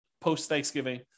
post-Thanksgiving